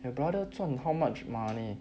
your brother 赚 how much money